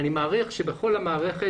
אני מעריך שבכל המערכת,